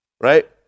right